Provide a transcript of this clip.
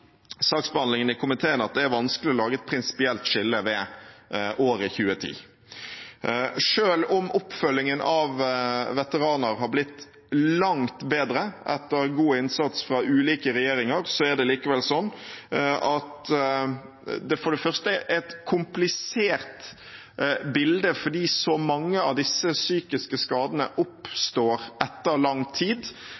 saksbehandlingen i komiteen at det er vanskelig å lage et prinsipielt skille ved året 2010. Selv om oppfølgingen av veteraner har blitt langt bedre, etter god innsats fra ulike regjeringer, er det likevel sånn at det for det første er et komplisert bilde fordi så mange av disse psykiske skadene